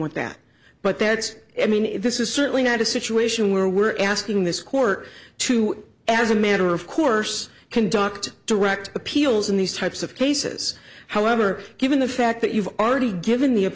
with that but that's i mean this is certainly not a situation where we're asking this court to as a matter of course conduct direct appeals in these types of cases however given the fact that you've already given the a